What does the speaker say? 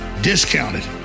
discounted